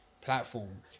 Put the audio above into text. platform